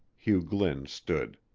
hugh glynn stood.